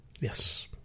Yes